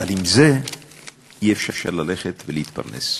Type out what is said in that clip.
אבל עם זה אי-אפשר ללכת ולהתפרנס.